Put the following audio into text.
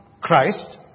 Christ